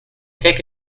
take